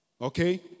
Okay